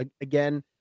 again